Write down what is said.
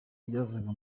yazaga